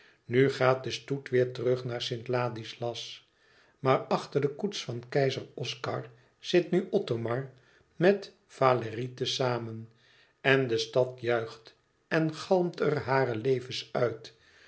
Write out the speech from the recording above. nu gaat de stoet weêr terug naar st ladislas maar achter de koets van keizer oscar zit nu othomar met valérie te zamen en de stad juicht en galmt er hare leve's uit